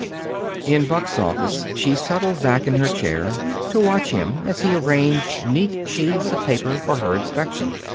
in buck's office, she settled back in her chair to watch him as he arranged neat sheaves of papers for her inspection.